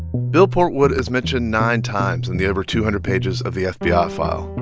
bill portwood is mentioned nine times in the over two hundred pages of the fbi ah file,